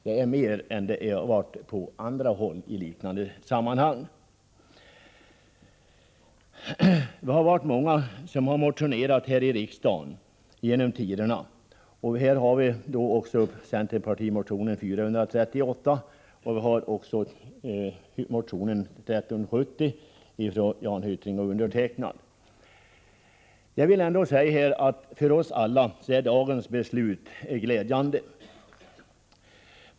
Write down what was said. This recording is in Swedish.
Det är mer än vad som har skett på andra håll i liknande sammanhang. Vi har varit många som har motionerat här i riksdagen genom tiderna. Nu föreligger centerpartimotionen 438 och motion 1370 av Jan Hyttring och mig själv. För oss alla är dagens beslut glädjande.